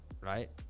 right